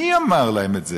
מי אמר להם את זה?